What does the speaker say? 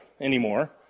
anymore